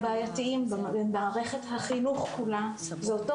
הבעייתיים במערכת החינוך כולה זה אותו